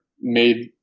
made